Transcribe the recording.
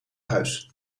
huis